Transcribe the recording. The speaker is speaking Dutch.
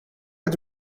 uit